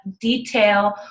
detail